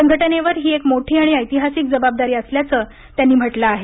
संघटनेवर ही एक मोठी आणि ऐतिहासिक जबाबदारी असल्याचं त्यांनी म्हटलं आहे